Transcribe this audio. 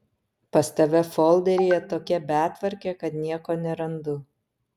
pas tave folderyje tokia betvarkė kad nieko nerandu